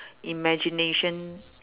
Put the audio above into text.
imagination